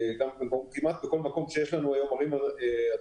כמעט בכל מקום שיש התרבות קיצונית